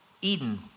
Eden